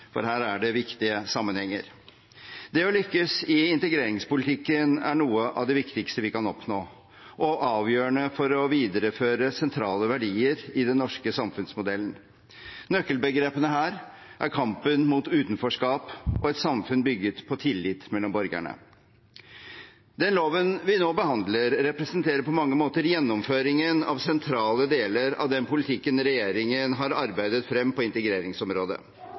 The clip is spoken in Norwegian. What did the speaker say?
For her er det viktige sammenhenger. Det å lykkes i integreringspolitikken er noe av det viktigste vi kan oppnå – og avgjørende for å videreføre sentrale verdier i den norske samfunnsmodellen. Nøkkelbegrepene her er kampen mot utenforskap og et samfunn bygget på tillit mellom borgerne. Den loven vi nå behandler, representerer på mange måter gjennomføringen av sentrale deler av den politikken regjeringen har arbeidet frem på integreringsområdet